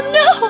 no